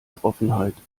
betroffenheit